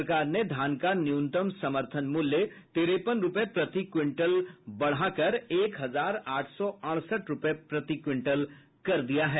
सरकार ने धान का न्यूनतम समर्थन मूल्य तिरेपन रुपये प्रति क्विंटल बढ़ाकर एक हजार आठ सौ अड़सठ रुपये प्रति क्विंटल कर दिया है